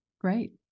Great